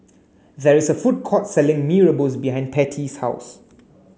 there is a food court selling Mee Rebus behind Pattie's house